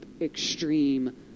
extreme